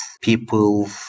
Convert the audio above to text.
people